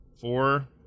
Four